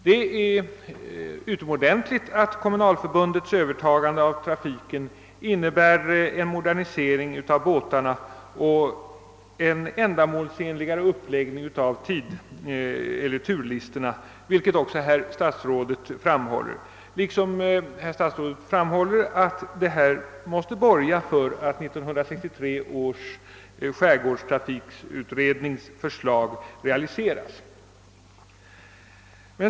Det är uppenbart att kommunalförbundets övertagande av trafiken innebär en modernisering av båtarna och en ändamålsenligare uppläggning av turlistorna, vilket herr statsrådet också framhåller. Herr statsrådet framhåller vidare att detta måste borga för att 1963 års skärgårdstrafikutrednings förslag realiseras.